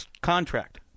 contract